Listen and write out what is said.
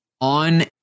on